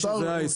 אין בעיה.